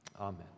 Amen